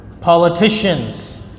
politicians